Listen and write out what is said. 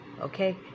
okay